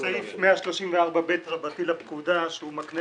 יש סעיף 134/ב רבתי לפקודה שהוא מקנה